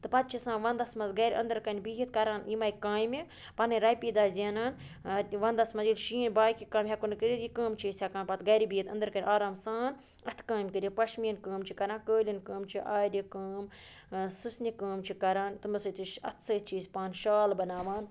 تہٕ پَتہٕ چھِ آسان وَنٛدَس مَنٛز گَرِ أنٛدرٕ کَنۍ بِہِتھ کَران یِمَے کامہِ پَنٕنۍ رۄپیہِ دَہ زٮ۪نان وَنٛدَس مَنٛز ییٚلہِ شیٖن باقٕے کامہِ ہٮ۪کو نہٕ کٔرِتھ یہِ کٲم چھِ أسۍ ہٮ۪کان پَتہٕ گَرِ بِہِتھ أنٛدرٕ کَنۍ آرام سان اَتھٕ کٲم کٔرِتھ پَشمیٖن کٲم چھِ کَران قٲلیٖن کٲم چھِ آرِ کٲم سٕژنہِ کٲم چھِ کَران تٕمَن سۭتۍ تہِ اَتھٕ سۭتۍ چھِ أسۍ پانہٕ شال بَناوان